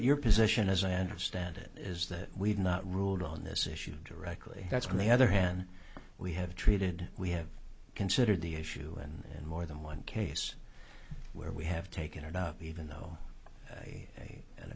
your position as i understand it is that we've not ruled on this issue directly that's when the other hand we have treated we have considered the issue and more than one case where we have taken it up even though i